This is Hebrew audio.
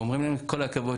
אומרים לנו, כל הכבוד